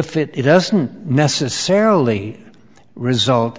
if it doesn't necessarily result